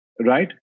right